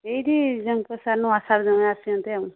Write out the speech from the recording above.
ଏଇଠି ଜନେ ତ ସାର୍ ଆଶାର ଜଣେ ଆସିଛନ୍ତି ଆଉ